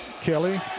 Kelly